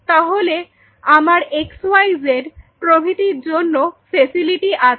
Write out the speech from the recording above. তাহলে আমার xyz প্রভৃতির জন্য ফেসিলিটি আছে